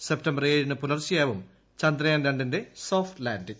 September ഏഴിന് പുലർച്ചെയാവും ചന്ദ്രയാൻ രണ്ടിന്റെ സോഫ്റ്റ് ലാൻഡിങ്